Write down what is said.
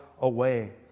away